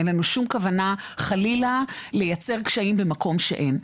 אין לנו שום כוונה חלילה לייצר קשיים במקום שאין.